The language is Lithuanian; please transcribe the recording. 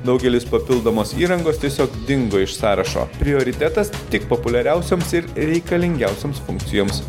daugelis papildomos įrangos tiesiog dingo iš sąrašo prioritetas tik populiariausioms ir reikalingiausioms funkcijoms